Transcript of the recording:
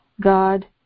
God